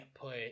put